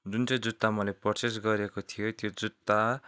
जुन चाहिँ जुत्ता मैले पर्चेस गरेको थिएँ त्यो जुत्ता